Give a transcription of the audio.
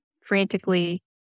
frantically